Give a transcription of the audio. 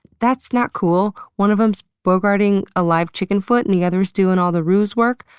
that's not cool. one of them's bogarting a live chicken foot and the other's doing all the ruse work.